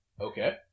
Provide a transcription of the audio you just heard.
Okay